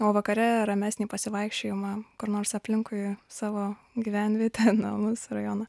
o vakare ramesnį pasivaikščiojimą kur nors aplinkui savo gyvenvietę namus rajoną